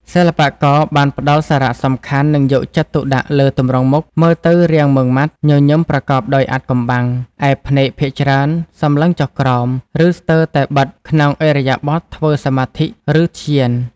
សិល្បករបាន ផ្តល់សារៈសំខាន់ និងយកចិត្តទុកដាក់លើទម្រង់មុខ មើលទៅរាងម៉ឺងម៉ាត់ ញញឹមប្រកបដោយអាថ៌កំបាំង ឯភ្នែកភាគច្រើនសម្លឹងចុះក្រោម ឬ ស្ទើរតែបិទក្នុងឥរិយាបថធ្វើសមាធិ ឬធ្យាន។